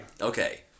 Okay